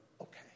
okay